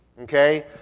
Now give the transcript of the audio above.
Okay